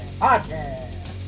Podcast